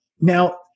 Now